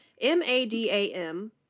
M-A-D-A-M